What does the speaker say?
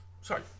Sorry